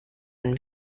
dein